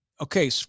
Okay